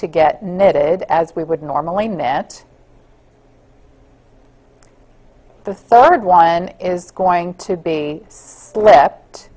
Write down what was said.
to get knitted as we would normally knit the third one is going to be slipped